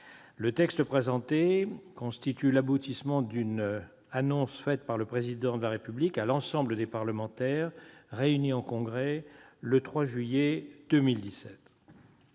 Le texte présenté constitue l'aboutissement d'une annonce faite par le Président de la République à l'ensemble des parlementaires réunis en Congrès le 3 juillet 2017.